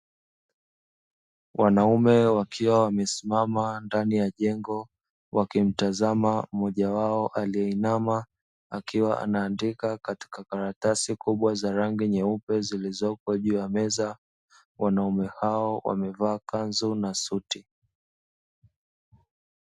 Wanaume wakiwa wamesimama ndani ya jengo wakimtazama mmoja wao aliyeinama akiwa anaandika katika karatasi kubwa za rangi nyeupe zilizopo juu ya meza, wanaume hao wamevaa kanzu na suti.